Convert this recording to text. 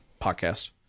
podcast